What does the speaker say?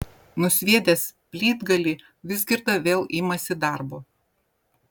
nusviedęs plytgalį vizgirda vėl imasi darbo